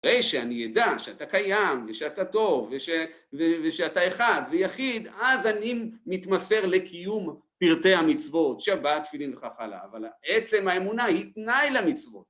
הרי שאני ידע שאתה קיים, ושאתה טוב, ושאתה אחד ויחיד, אז אני מתמסר לקיום פרטי המצוות, שבת, תפילין וכך הלאה אבל עצם האמונה היא תנאי למצוות